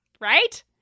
Right